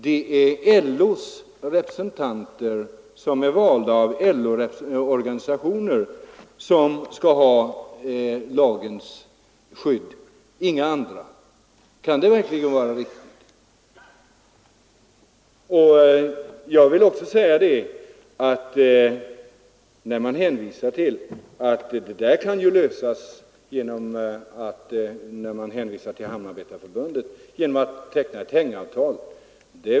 Det är alltså representanter som är valda av LO-organi sationer som skall ha lagens skydd och inga andra. Kan det verkligen vara riktigt? Beträffande Hamnarbetarförbundet sägs att frågan kan lösas genom att man tecknar ett hängavtal.